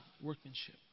workmanship